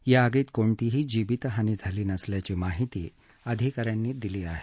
या आगीत कोणतीही जिवीत हानी झालेली नसल्याची माहिती अधिकाऱ्यांनी दिली आहे